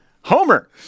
Homer